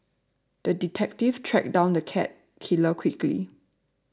the detective tracked down the cat killer quickly